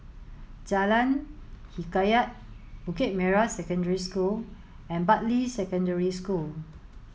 Jalan Hikayat Bukit Merah Secondary School and Bartley Secondary School